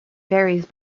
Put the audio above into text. varies